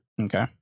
Okay